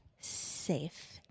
safe